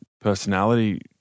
personality